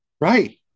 Right